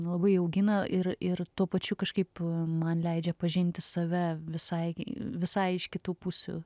labai augina ir ir tuo pačiu kažkaip man leidžia pažinti save visai visai iš kitų pusių